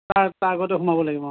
নাই তাৰ আগতে সোমাব লাগিব